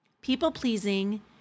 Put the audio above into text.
People-pleasing